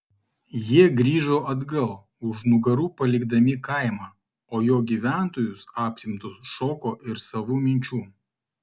jie grįžo atgal už nugarų palikdami kaimą o jo gyventojus apimtus šoko ir savų minčių